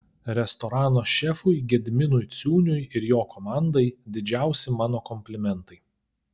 restorano šefui gediminui ciūniui ir jo komandai didžiausi mano komplimentai